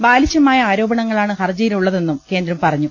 ബാലിശമായ ആരോപണങ്ങളാണ് ഹർജികളി ലുള്ളതെന്നും കേന്ദ്രം പറഞ്ഞു